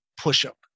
push-up